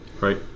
Right